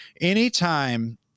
Anytime